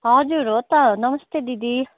हजुर हो त नमस्ते दिदी